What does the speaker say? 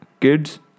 kids